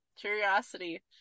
curiosity